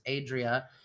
Adria